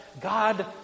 God